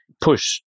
push